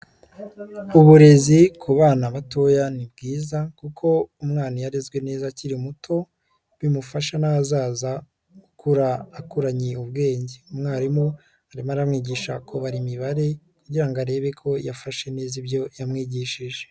Uburezi ku bana batoya ni bwiza kuko umwana iyo arezwe neza akiri muto bimufasha n'ahazaza gukura akuranye ubwenge, umwarimu arimo aramwigisha kubara imibare kugira ngo arebe ko yafashe neza ibyo yamwigishije.